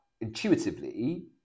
intuitively